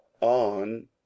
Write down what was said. on